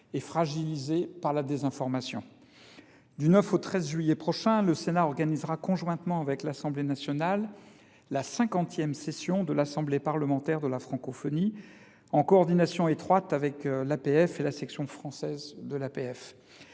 et fragilisé par la désinformation. Du 9 au 13 juillet prochain, le Sénat organisera, conjointement avec l’Assemblée nationale, la cinquantième session de l’Assemblée parlementaire de la francophonie (APF), en coordination étroite avec l’APF et sa section française.